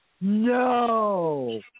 No